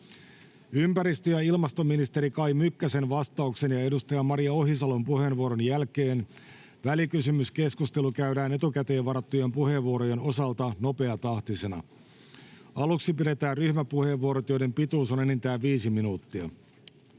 Ympäristö- ja ilmastoministeri Kai Mykkäsen vastauksen ja edustaja Maria Ohisalon puheenvuoron jälkeen välikysymyskeskustelu käydään etukäteen varattujen puheenvuorojen osalta nopeatahtisena. Aluksi pidetään ryhmäpuheenvuorot, joiden pituus on enintään viisi minuuttia.